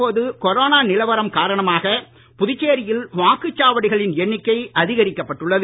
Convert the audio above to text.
தற்போது கொரோனா நிலவரம் காரணமாக புதுச்சேரியில் வாக்குசாவடிகளின் எண்ணிக்கை அதிகரிக்கப்பட்டுள்ளது